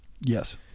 Yes